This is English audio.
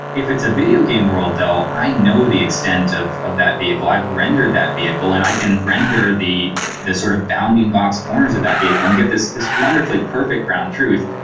if it's a video game world though, i know the extent of of that vehicle. i've rendered that vehicle and i can render this sort of bounding box corners of that vehicle and get this this wonderfully perfect ground truth.